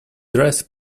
dress